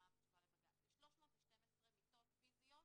בתשובה לבג"צ יש 312 מיטות פיזיות